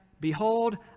Behold